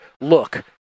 look